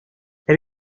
elle